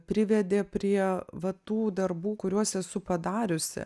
privedė prie va tų darbų kuriuos esu padariusi